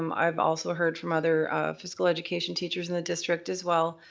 um i've also heard from other physical education teachers in the district as well,